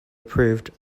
approved